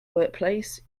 workplace